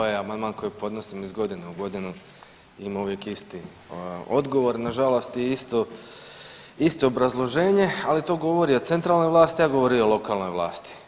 Ovo je amandman koji podnosim iz godine u godinu, ima uvijek isti odgovor, nažalost i isto obrazloženje, ali to govori o centralnoj vlasti a govori i o lokalnoj vlasti.